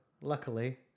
luckily